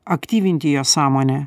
aktyvinti jo sąmonę